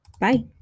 Bye